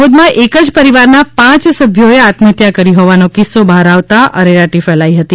દાહોદમાં એક જ પરિવારના પાંચ સભ્યોએ આત્મહત્યા કરી હોવાનો કિસ્સો બહાર આવતા અરેરાટી ફેલાઈ છે